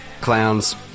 clowns